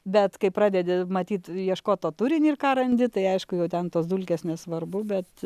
bet kai pradedi matyt ieškot to turinį ir ką randi tai aišku jau ten tos dulkės nesvarbu bet